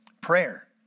Prayer